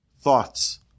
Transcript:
thoughts